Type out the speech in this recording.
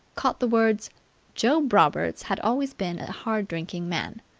caught the words job roberts had always been a hard-drinking man,